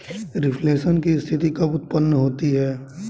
Reflation की स्थिति कब उत्पन्न होती है?